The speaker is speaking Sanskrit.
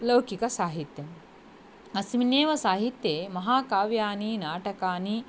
लौकिकसाहित्यम् अस्मिन्नेव साहित्ये महाकाव्यानि नाटकानि